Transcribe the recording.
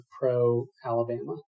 pro-Alabama